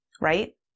right